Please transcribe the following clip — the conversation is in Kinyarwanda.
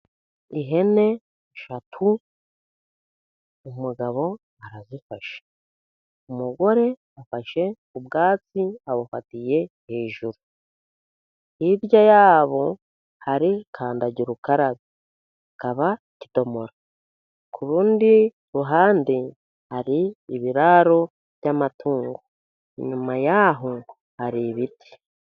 Ihene eshatu umugabo arazifashe, umugore afashe ubwatsi abufatiye hejuru, hirya yabo hari kandagira ukarabe hakaba ikidomoro, ku rundi ruhande hari ibiraro by'amatungo inyuma yaho hari ibiti.